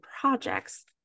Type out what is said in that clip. projects